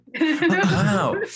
Wow